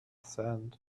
sand